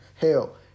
Hell